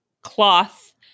cloth